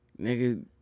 nigga